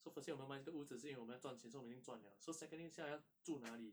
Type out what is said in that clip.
so first thing 我们卖这个屋子是因为我们要赚钱 so 我们已经赚 liao so secondly 现在还要住哪里